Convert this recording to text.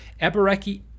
Ebereki